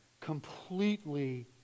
completely